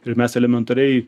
ir mes elementariai